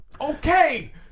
okay